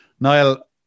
Niall